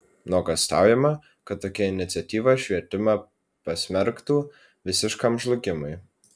nuogąstaujama kad tokia iniciatyva švietimą pasmerktų visiškam žlugimui